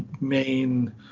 main